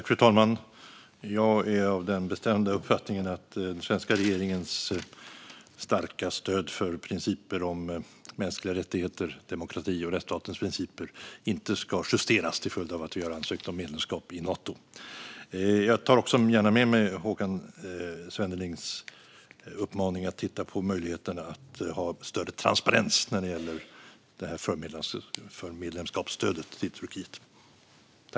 Fru talman! Jag är av den bestämda uppfattningen att den svenska regeringens starka stöd för principer om mänskliga rättigheter, demokrati och rättsstatens principer inte ska justeras till följd av att vi har ansökt om medlemskap i Nato. Jag tar också gärna med mig Håkan Svennelings uppmaning att titta på möjligheten att ha större transparens när det gäller förmedlemskapsstödet till Turkiet.